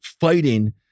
fighting